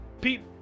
Pete